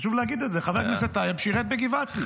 חשוב להגיד את זה, חבר הכנסת טייב שירת בגבעתי.